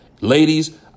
ladies